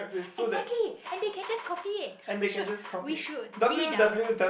exactly and then they can just copy we should we should read out